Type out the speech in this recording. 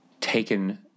taken